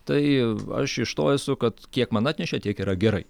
tai aš iš to esu kad kiek man atnešė tiek yra gerai